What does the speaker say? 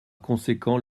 conséquent